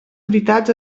veritats